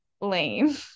lame